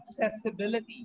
accessibility